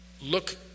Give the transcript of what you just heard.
look